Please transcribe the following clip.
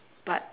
but